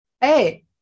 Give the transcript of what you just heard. Hey